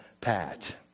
pat